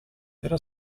era